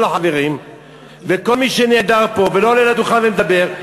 החברים ולכל מי שנעדר פה ולא עולה לדוכן ומדבר,